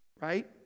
right